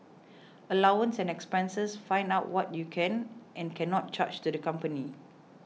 allowance and expenses find out what you can and cannot charge to the company